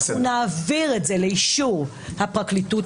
אנחנו נעביר את זה לאישור הפרקליטות,